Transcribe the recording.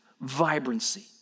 vibrancy